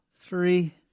Three